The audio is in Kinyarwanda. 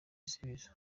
igisubizo